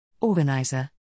Organizer